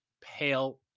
pale